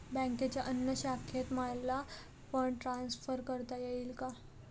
बँकेच्या अन्य शाखेत मला फंड ट्रान्सफर करता येईल का?